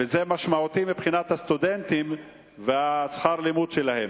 וזה משמעותי מבחינת הסטודנטים ושכר הלימוד שלהם.